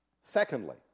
Secondly